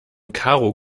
karo